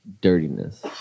dirtiness